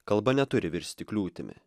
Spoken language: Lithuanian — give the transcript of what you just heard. kalba neturi virsti kliūtimi